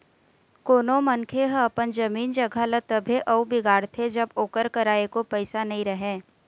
कोनो मनखे ह अपन जमीन जघा ल तभे अउ बिगाड़थे जब ओकर करा एको पइसा नइ रहय